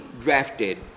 drafted